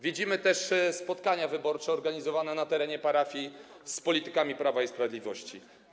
Widzimy też spotkania wyborcze organizowane na terenie parafii z politykami Prawa i Sprawiedliwości.